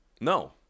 No